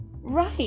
Right